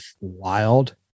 wild